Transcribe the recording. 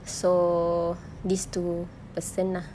so these two person lah